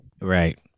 right